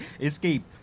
escape